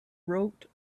wrote